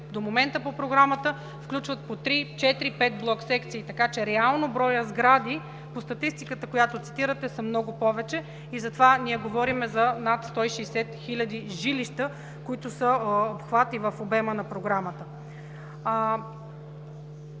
до момента по Програмата, включват по три-четири-пет блок-секции. Така че реално броят сгради по статистиката, която цитирате, са много повече. Затова говорим за над 160 хиляди жилища, които са в обхвата и обема на Програмата.